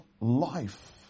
life